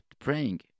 praying